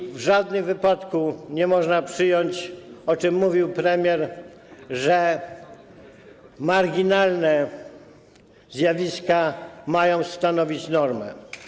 I w żadnym wypadku nie można przyjąć - o czym mówił premier - że marginalne zjawiska mają stanowić normę.